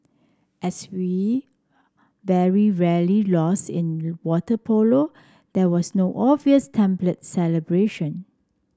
as we very rarely lose in water polo there was no obvious template celebration